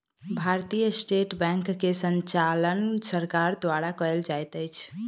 भारतीय State Bank के संचालन सरकार द्वारा कयल जाइत अछि